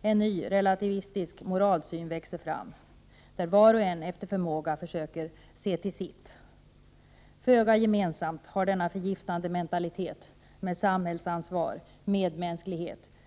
En ny relativistisk moralsyn riskerar att växa fram, där var och en efter förmåga försöker se till sitt. Föga gemensamt har denna förgiftande mentalitet med samhällsansvar, medmänsklighet, humanitet, för Prot.